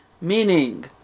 meaning